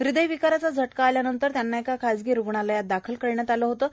हृदय विकाराचा झटका आल्यानंतर त्यांना एका खासगी रुग्णालयात दाखल करण्यात आलं होतं